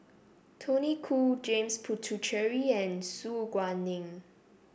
Tony Khoo James Puthucheary and Su Guaning